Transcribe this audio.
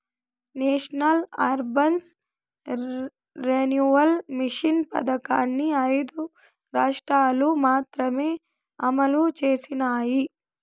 national urban renewal mission పథకంని ఐదు రాష్ట్రాలు మాత్రమే అమలు చేసినాయి